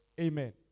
Amen